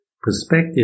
perspective